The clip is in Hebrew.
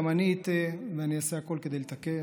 גם אני אטעה, ואני אעשה הכול כדי לתקן.